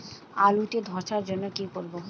আলুতে ধসার জন্য কি করব?